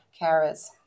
carers